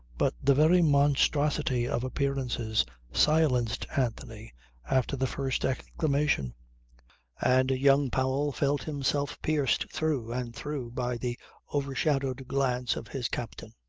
but the very monstrosity of appearances silenced anthony after the first exclamation and young powell felt himself pierced through and through by the overshadowed glance of his captain.